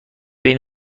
بین